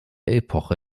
epoche